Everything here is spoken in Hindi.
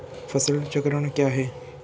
फसल चक्रण क्या है?